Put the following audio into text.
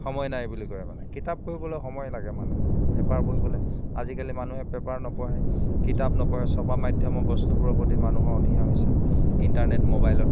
সময় নাই বুলি কয় মানে কিতাপ পঢ়িবলৈ সময় লাগে মানুহক পেপাৰ পঢ়িবলৈ আজিকালি মানুহে পেপাৰ নপঢ়ে কিতাপ নপঢ়ে ছপা মাধ্যমৰ বস্তুবোৰৰ প্ৰতি মানুহৰ অনিহা হৈছে ইণ্টাৰনেট মবাইলত